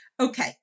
Okay